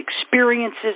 experiences